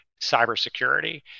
cybersecurity